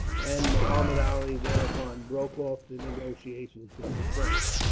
and muhammud ali thereupon broke off the negotiations with the french.